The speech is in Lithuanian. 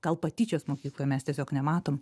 gal patyčios mokykloj mes tiesiog nematom